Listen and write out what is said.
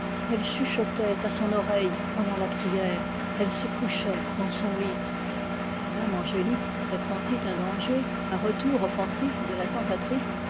elle chuchotait à son oreille pendant la prière elle se couchait dans son lit mme angélique pressentit ce retour offensif de la tentatrice